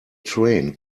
train